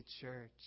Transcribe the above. church